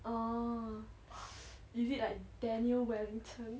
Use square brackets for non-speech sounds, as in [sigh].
orh [breath] is it like Daniel Wellington